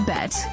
Bet